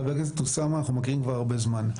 חבר הכנסת אוסאמה, אנחנו מכירים כבר הרבה זמן.